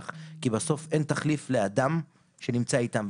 כי בסוף אין תחליף לאדם שנמצא איתם,